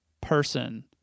person